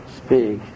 speak